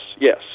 yes